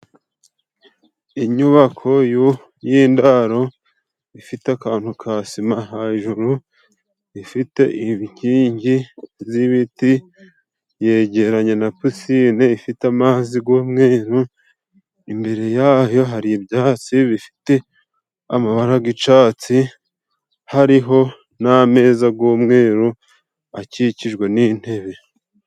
Inyubako y'indaro ifite akantu ka sima hejuru, ifite inkingi z'ibiti, yegeranye na pisine ifite amazi g'umweru, imbere yayo hari ibyatsi bifite amabara g'icatsi, hariho n'ameza g'umweru akikijwe n'intebe.